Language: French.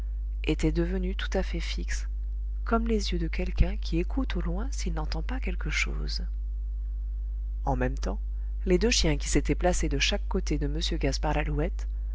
étaient devenus tout à fait fixes comme les yeux de quelqu'un qui écoute au loin s'il n'entend pas quelque chose en même temps les deux chiens qui s'étaient placés de chaque côté de m gaspard lalouette